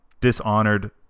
dishonored